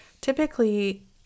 typically